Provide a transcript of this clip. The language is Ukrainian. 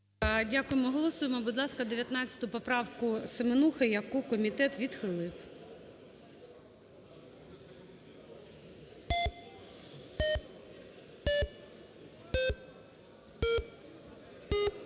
Дякуємо. Голосуємо, будь ласка, 19 поправку Семенухи, яку комітет відхилив.